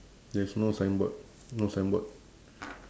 there's no sign board no sign board